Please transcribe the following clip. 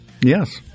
Yes